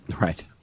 Right